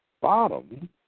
bottom